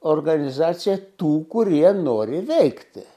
organizacija tų kurie nori veikti